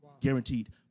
Guaranteed